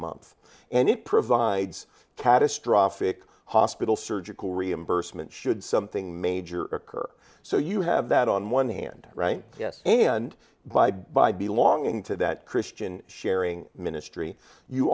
month and it provides catastrophic hospital surgical reimbursement should something major occur so you have that on one hand yes and by by belonging to that christian sharing ministry you